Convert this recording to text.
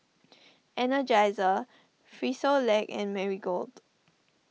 Energizer Frisolac and Marigold